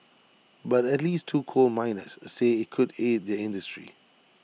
but at least two coal miners say IT could aid their industry